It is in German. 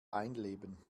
einleben